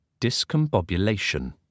Discombobulation